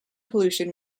pollution